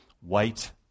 white